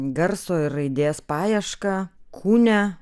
garso ir raidės paiešką kūne